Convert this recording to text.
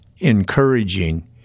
encouraging